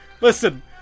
listen